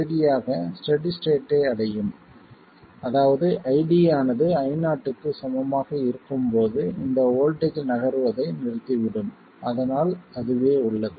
இறுதியாக ஸ்டெடி ஸ்டேட்டை அடையும் அதாவது ID ஆனது Io க்கு சமமாக இருக்கும்போது இந்த வோல்ட்டேஜ் நகர்வதை நிறுத்திவிடும் அதனால் அதுவே உள்ளது